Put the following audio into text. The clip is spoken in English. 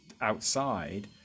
outside